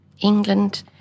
England